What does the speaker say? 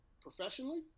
professionally